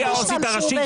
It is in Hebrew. היא העו"סית הראשית,